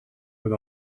with